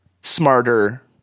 smarter